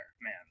man